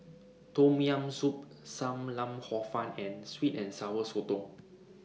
Tom Yam Soup SAM Lau Hor Fun and Sweet and Sour Sotong